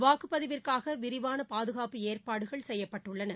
வாக்குப்பதிவிற்காக விரிவான பாதுகாப்பு ஏற்பாடுகள் செய்யப்பட்டுள்ளன